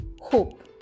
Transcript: hope